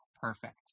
perfect